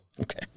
Okay